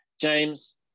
James